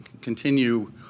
continue